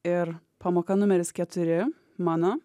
ir pamoka numeris keturi mano